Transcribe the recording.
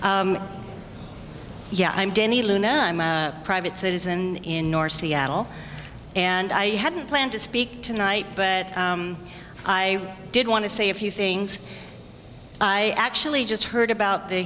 luna i'm a private citizen in north seattle and i hadn't planned to speak tonight but i did want to say a few things i actually just heard about the